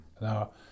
Now